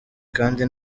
kandi